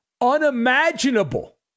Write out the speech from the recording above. unimaginable